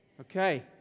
Okay